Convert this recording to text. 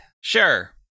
Sure